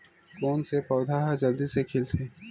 कोन से पौधा ह जल्दी से खिलथे?